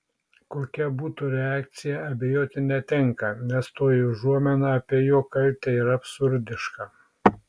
kokia būtų reakcija abejoti netenka nes toji užuomina apie jo kaltę yra absurdiška